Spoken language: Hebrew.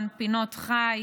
פינות חי,